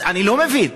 אני לא מבין,